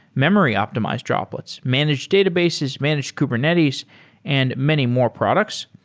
memory optimized droplets, managed databases, managed kubernetes and many more products.